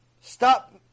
Stop